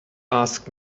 ask